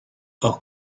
auch